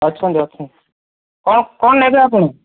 ଅଛନ୍ତି ଅଛନ୍ତି କ'ଣ କ'ଣ ନେବେ ଆପଣ